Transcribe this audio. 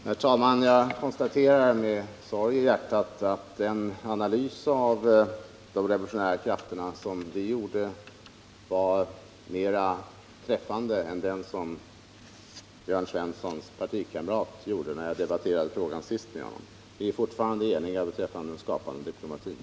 Herr talman! Jag konstaterar med sorg i hjärtat att den analys av de revolutionära krafterna som vi gjorde var mera träffande än den som Jörn Svenssons partikamrat gjorde när jag senast debatterade frågan med honom. Jörn Svensson och jag är fortfarande eniga beträffande den skapande diplomatin.